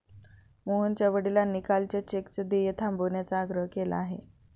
मोहनच्या वडिलांनी कालच्या चेकचं देय थांबवण्याचा आग्रह केला आहे